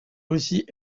aussi